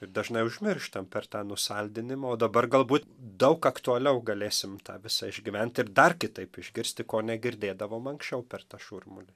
ir dažnai užmirštam per tą nusaldinimą o dabar galbūt daug aktualiau galėsim tą visą išgyvent ir dar kitaip išgirsti ko negirdėdavom anksčiau per tą šurmulį